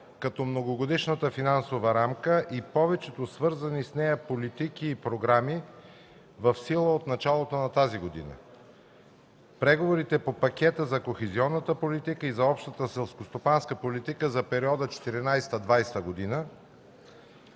като многогодишната финансова рамка и повечето свързани с нея политики и програми в сила от началото на тази година, преговорите по пакета за кохезионната политика и за общата селскостопанска политика за периода 2014-2020 г.